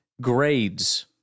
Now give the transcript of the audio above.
grades